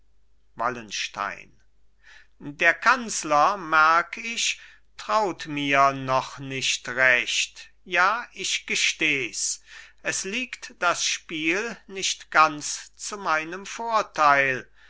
wallenstein der kanzler merk ich traut mir noch nicht recht ja ich gestehs es liegt das spiel nicht ganz zu meinem vorteil